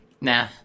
nah